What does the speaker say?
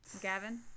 Gavin